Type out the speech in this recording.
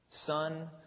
Son